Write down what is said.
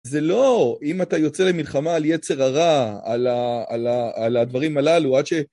זה לא אם אתה יוצא למלחמה על יצר הרע, על ה... על הדברים הללו, עד ש...